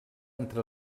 entre